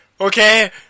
okay